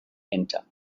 enter